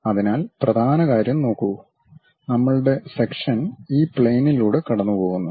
അതിനാൽ പ്രധാന കാര്യം നോക്കൂ നമ്മളുടെ സെക്ഷൻ ഈ പ്ലെയിനിലൂടെ കടന്നുപോകുന്നു